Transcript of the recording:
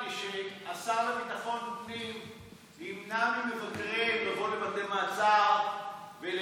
הנתונים מראים על הצלחת ההסדר הזה ועל